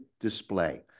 display